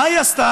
מה היא עשתה?